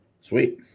sweet